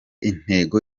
intego